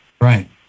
Right